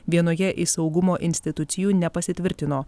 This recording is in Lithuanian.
vienoje iš saugumo institucijų nepasitvirtino